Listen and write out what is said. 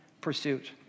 pursuit